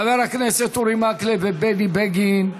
חברי הכנסת אורי מקלב ובני בגין,